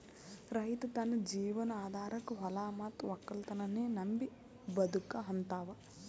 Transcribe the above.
ರೈತ್ ತನ್ನ ಜೀವನ್ ಆಧಾರಕಾ ಹೊಲಾ ಮತ್ತ್ ವಕ್ಕಲತನನ್ನೇ ನಂಬಿ ಬದುಕಹಂತಾವ